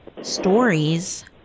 stories